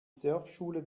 surfschule